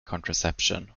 contraception